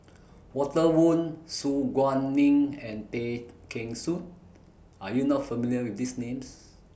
Walter Woon Su Guaning and Tay Kheng Soon Are YOU not familiar with These Names